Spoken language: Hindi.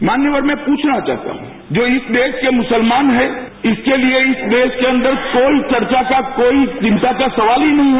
मान्यवर मैं पूछना चाहता हूं जो इस देश के मुसलमान हैं इसके लिए इस देश के अंदर कोई चर्चा का कोई चिंता का सवाल ही नहीं है